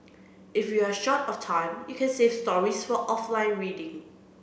if you are short of time you can save stories for offline reading